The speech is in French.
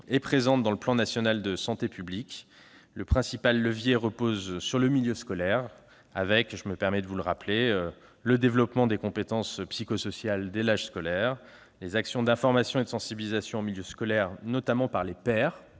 est présente dans le plan national de santé publique. Le principal levier repose sur le milieu scolaire avec, je le rappelle, plusieurs dispositifs : le développement des compétences psychosociales dès l'âge scolaire ; les actions d'information et de sensibilisation en milieu scolaire, notamment par les pairs,